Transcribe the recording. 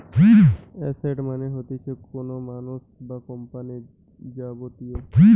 asset মানে হতিছে কোনো মানুষ বা কোম্পানির যাবতীয়